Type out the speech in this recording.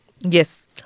Yes